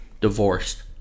divorced